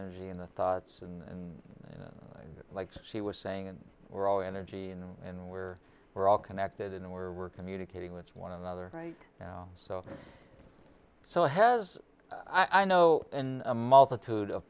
energy and the thoughts and like she was saying and we're all energy and we're we're all connected and we're we're communicating with one another right now so so has i know in a multitude of